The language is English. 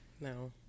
No